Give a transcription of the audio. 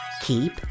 keep